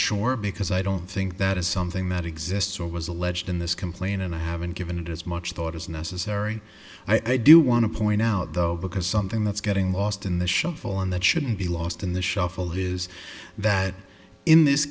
sure because i don't think that is something that exists or was alleged in this complaint and i haven't given it as much thought as necessary i do want to point out though because something that's getting lost in the shuffle and that shouldn't be lost in the shuffle is that in this